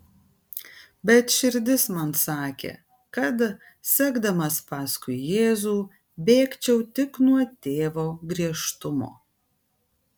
bet širdis man sakė kad sekdamas paskui jėzų bėgčiau tik nuo tėvo griežtumo